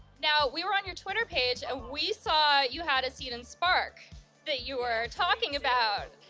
now we were on your twitter page, and we saw you had a seed and spark that you were talking about.